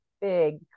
big